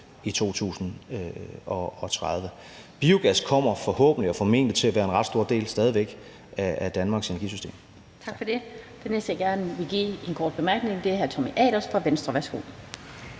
i 2030. Biogas kommer forhåbentlig og formentlig til stadig væk at være en ret stor del af Danmarks energisystem.